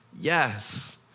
Yes